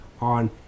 on